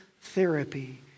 therapy